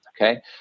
Okay